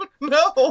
No